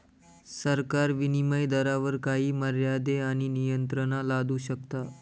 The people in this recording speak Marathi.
सरकार विनीमय दरावर काही मर्यादे आणि नियंत्रणा लादू शकता